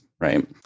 right